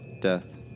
death